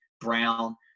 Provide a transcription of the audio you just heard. brown